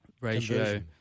ratio